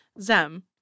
Zem